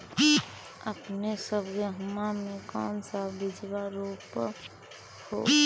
अपने सब गेहुमा के कौन सा बिजबा रोप हू?